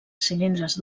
cilindres